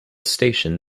station